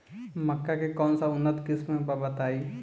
मक्का के कौन सा उन्नत किस्म बा बताई?